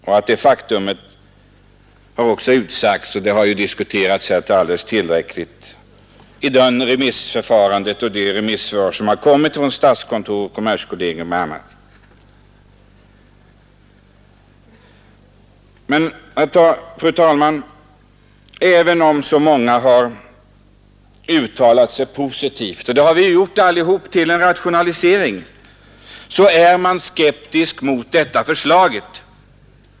Denna uppfattning har också utsagts och diskuterats alldeles tillräckligt i de remissyttranden som avgivits av statskontoret, kommerskollegium m.fl. instanser. Även om, fru talman, många har uttalat sig positivt om en rationalisering — det har vi ju gjort allihop — är man skeptisk mot detta förslag.